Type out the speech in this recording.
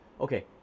okay